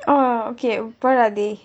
oh okay what are they